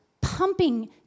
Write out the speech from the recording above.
pumping